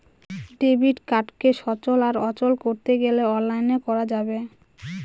debit কার্ডকে সচল আর অচল করতে গেলে অনলাইনে করা যাবে